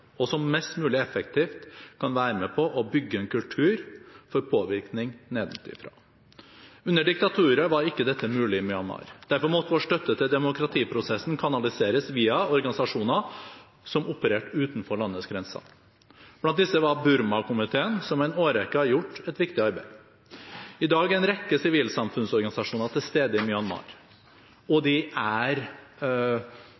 og som mest mulig effektivt kan være med på å bygge en kultur for påvirkning nedenfra. Under diktaturet var ikke dette mulig i Myanmar. Derfor måtte vår støtte til demokratiprosessen kanaliseres via organisasjoner som opererte utenfor landets grenser. Blant disse var Burmakomiteen, som i en årrekke har gjort et viktig arbeid. I dag er en rekke sivilsamfunnsorganisasjoner til stede i Myanmar, og